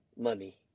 money